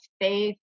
faith